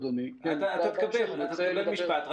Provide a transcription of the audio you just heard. אדוני --- אתה תקבל משפט,